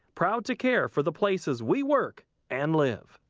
proud to care for the places we work and live.